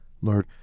Lord